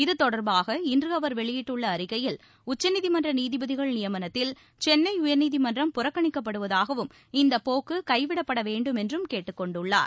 இது தொடர்பாக இன்று அவர் வெளியிட்டுள்ள அறிக்கையில் உச்சநீதிமன்ற நீதிபதிகள் நியமனத்தில் சென்னை உயர்நீதிமன்றம் புறக்கணிக்கப் படுவதாகவும் இந்த போக்கு கைவிடப்பட வேண்டுமென்றும் கேட்டுக் கொண்டுள்ளார்